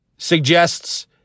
suggests